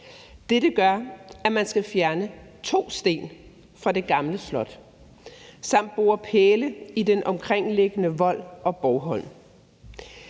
Dette gør, at man skal fjerne to sten fra det gamle slot samt bore pæle ned i den omkringliggende vold og borgholm.